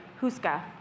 Huska